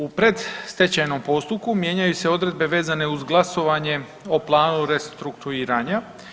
U predstečajnom postupku mijenjaju se odredbe vezane uz glasovanje o planu restrukturiranja.